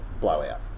blowout